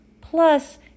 plus